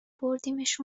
بردیمش